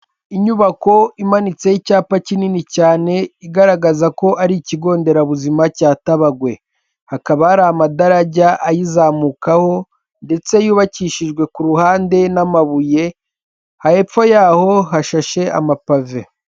Inyubako imanitse y'icyapa kinini cyane igaragaza ko ari ikigo nderabuzima cya Tabagwe hakaba hari amadarajya ayizamukaho ndetse yubakishijwe ku ruhande n'amabuye he hepfo yaho hashashe amapave.